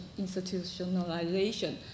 institutionalization